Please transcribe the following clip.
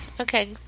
Okay